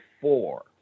four